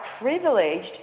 privileged